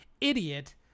idiot